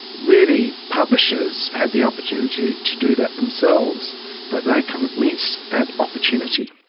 really publishers had the opportunity to do that themselves but they kind of missed that opportunity.